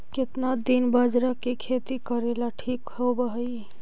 केतना दिन बाजरा के खेती करेला ठिक होवहइ?